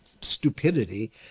stupidity